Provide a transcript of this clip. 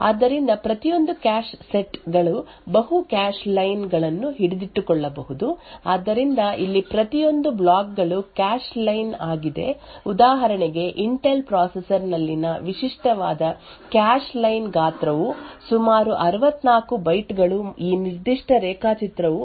ಆದ್ದರಿಂದ ಪ್ರತಿಯೊಂದು cache set ಗಳು ಬಹು ಕ್ಯಾಶ್ ಲೈನ್ ಗಳನ್ನು ಹಿಡಿದಿಟ್ಟುಕೊಳ್ಳಬಹುದು ಆದ್ದರಿಂದ ಇಲ್ಲಿ ಪ್ರತಿಯೊಂದು ಬ್ಲಾಕ್ ಗಳು ಕ್ಯಾಶ್ ಲೈನ್ ಆಗಿದೆ ಉದಾಹರಣೆಗೆ ಇಂಟೆಲ್ ಪ್ರೊಸೆಸರ್ ನಲ್ಲಿನ ವಿಶಿಷ್ಟವಾದ ಕ್ಯಾಶ್ ಲೈನ್ ಗಾತ್ರವು ಸುಮಾರು 64 ಬೈಟ್ ಗಳು ಈ ನಿರ್ದಿಷ್ಟ ರೇಖಾಚಿತ್ರವು ಕ್ಯಾಶ್ ಸೆಟ್ ನಲ್ಲಿ 4 ಕ್ಯಾಶ್ ಲೈನ್ ಗಳಿವೆ ಎಂದು ತೋರಿಸುತ್ತದೆ